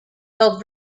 held